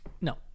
No